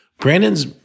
Brandon's